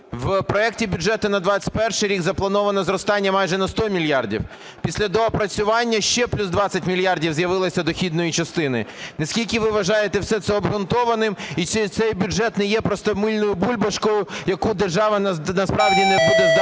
В проекті бюджету на 2021 рік заплановано зростання майже на 100 мільярдів. Після доопрацювання ще плюс 20 мільярдів з'явилося дохідної частини. Наскільки ви вважаєте все це обґрунтованим, і чи цей бюджет не є просто мильною бульбашкою, яку держава насправді не буде здатна